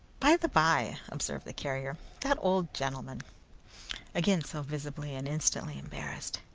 by-the-bye observed the carrier that old gentleman again so visibly and instantly embarrassed!